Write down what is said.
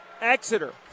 Exeter